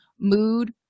mood